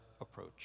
approach